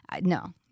No